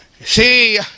See